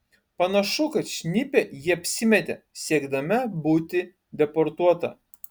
panašu kad šnipe ji apsimetė siekdama būti deportuota